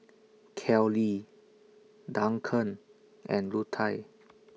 Kellee Duncan and Lutie